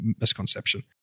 misconception